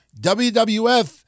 WWF